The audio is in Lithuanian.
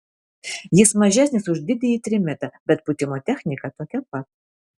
jis mažesnis už didįjį trimitą bet pūtimo technika tokia pat